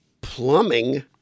plumbing